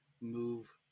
move